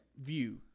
view